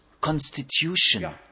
Constitution